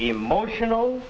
emotional